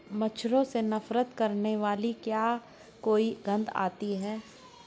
मच्छरों से नफरत करने वाली क्या कोई गंध आती है?